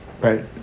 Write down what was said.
Right